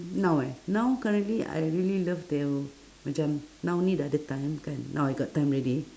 now eh now currently I really love to macam now only dah ada time kan now I got time already